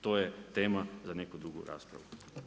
To je tema za neko drugu raspravu.